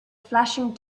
flashing